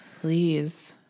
please